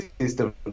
system